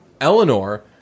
Eleanor